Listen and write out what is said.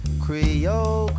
Creole